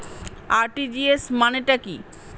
RTGS মানে টা কি?